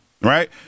right